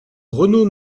renault